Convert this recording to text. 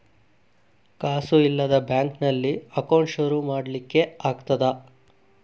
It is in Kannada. ಕಾಸು ಇಲ್ಲದ ಬ್ಯಾಂಕ್ ನಲ್ಲಿ ಅಕೌಂಟ್ ಶುರು ಮಾಡ್ಲಿಕ್ಕೆ ಆಗ್ತದಾ?